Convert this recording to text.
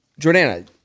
Jordana